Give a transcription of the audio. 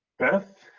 beth?